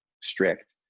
strict